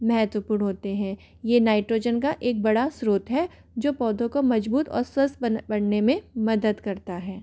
महत्वपूर्ण होते हैं ये नाइट्रोजन का एक बड़ा स्रोत है जो पौधों को मजबूत और स्वस्थ बनने में मदद करता है